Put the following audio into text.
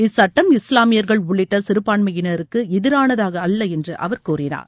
இச்சுட்டம் இஸ்லாமியர்கள் உள்ளிட்ட சிறபான்மயினருக்கு எதிரானது அல்ல என்று அவர் கூறினார்